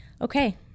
Okay